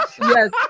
Yes